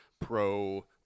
pro